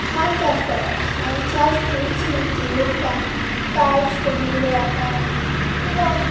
ধান চাষ করা ধান চাষ করছে যে লোকটা তার ছবিগুলো আঁকা এবং